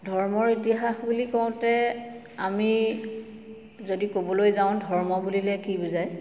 ধৰ্মৰ ইতিহাস বুলি কওঁতে আমি যদি ক'বলৈ যাওঁ ধৰ্ম বুলিলে কি বুজায়